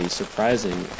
surprising